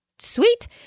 sweet